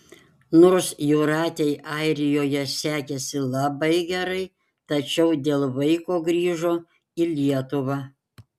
nors jūratei airijoje sekėsi labai gerai tačiau dėl vaiko grįžo į lietuvą